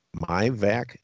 MyVAC